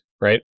right